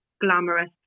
glamorous